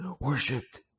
worshipped